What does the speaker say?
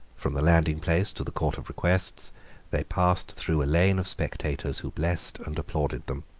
from the landingplace to the court of requests they passed through a lane of spectators who blessed and applauded them.